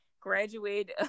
graduate